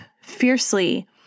fiercely